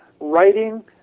writing